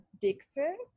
Dixon